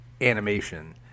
animation